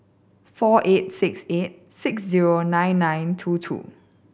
four eight six eight six zero nine nine two two